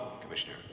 Commissioner